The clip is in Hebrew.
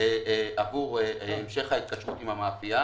עבור המשך ההתקשרות עם המאפייה